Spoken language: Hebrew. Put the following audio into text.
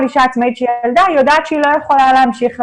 כל אישה עצמאית שילדה יודעת היא לא יכולה להמשיך לעבוד.